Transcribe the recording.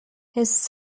his